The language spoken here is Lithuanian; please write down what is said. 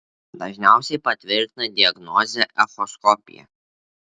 dažniausiai patvirtina diagnozę echoskopija